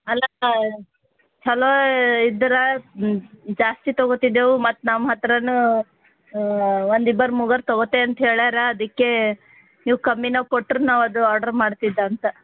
ಅಲ್ಲಕ್ಕ ಛಲೋ ಇದ್ರೆ ಜಾಸ್ತಿ ತಗೋತಿದ್ದೆವು ಮತ್ತು ನಮ್ಮ ಹತ್ತಿರನೂ ಒಂದಿಬ್ಬರು ಮೂವರು ತಗೊತೆ ಅಂತ ಹೇಳಾರ ಅದಕ್ಕೆ ನೀವು ಕಮ್ಮಿನಾಗೆ ಕೊಟ್ರೆ ನಾವು ಅದು ಆರ್ಡ್ರು ಮಾಡ್ತಿದ್ದೆ ಅಂತ